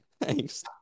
Thanks